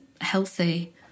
healthy